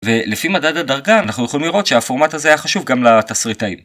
ולפי מדד הדרגה אנחנו יכולים לראות שהפורמט הזה היה חשוב גם לתסריטאים.